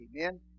Amen